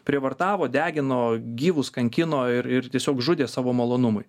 prievartavo degino gyvus kankino ir ir tiesiog žudė savo malonumui